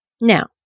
Now